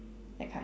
that kind